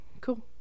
cool